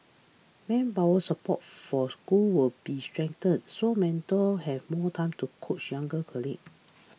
manpower support for schools will be strengthened so mentors have more time to coach younger colleagues